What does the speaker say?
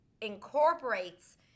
incorporates